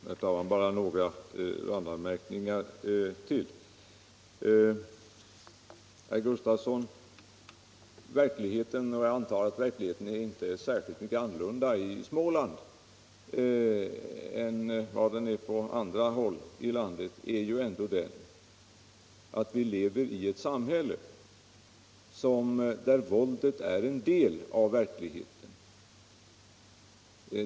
Herr talman! Bara några randanmärkningar till. Herr Gustavsson i Alvesta! Verkligheten — och jag antar att verkligheten inte är särskilt mycket annorlunda i Småland än vad den är på andra håll i landet — är ju ändå den att vi lever i ett samhälle där våldet är en del av denna verklighet.